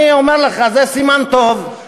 אני אומר לך שזה סימן טוב.